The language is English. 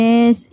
Yes